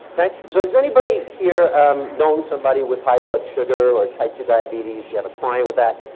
okay. so is anybody here known somebody with high blood sugar or type two diabetes, you have a client with that?